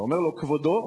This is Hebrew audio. ואומר לו: כבודו?